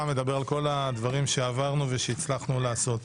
מדבר על כל הדברים שעברנו ושהצלחנו לעשות.